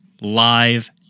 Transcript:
live